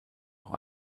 auch